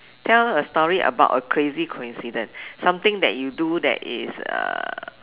tell a about a crazy coincidence something that you do that is a